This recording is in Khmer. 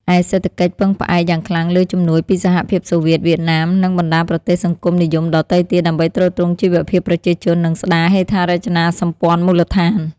ឯសេដ្ឋកិច្ចពឹងផ្អែកយ៉ាងខ្លាំងលើជំនួយពីសហភាពសូវៀត វៀតណាម និងបណ្ដាប្រទេសសង្គមនិយមដទៃទៀត ដើម្បីទ្រទ្រង់ជីវភាពប្រជាជន និងស្ដារហេដ្ឋារចនាសម្ព័ន្ធមូលដ្ឋាន ។